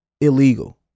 illegal